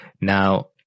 Now